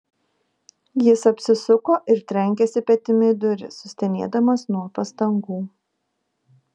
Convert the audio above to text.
jis apsisuko ir trenkėsi petimi į duris sustenėdamas nuo pastangų